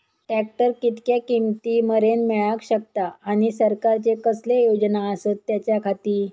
Tractor कितक्या किमती मरेन मेळाक शकता आनी सरकारचे कसले योजना आसत त्याच्याखाती?